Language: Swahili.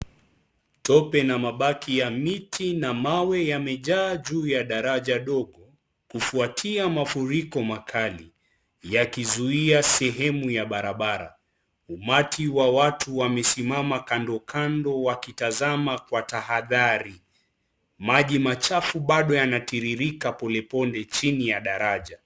Tope na mabaki ya miti na mawe yamejaa juu ya daraja dogo kufuatia mafuriko makali yakizuia sehemu ya barabara. Umati wa watu wamesimama kando kando wakitazama kwa tahadhari maji machafu bado yanatiririka pole pole chini ya daraja.